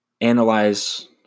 analyze